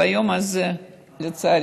ביום הזה, לצערי,